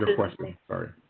ah question, sir?